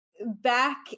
back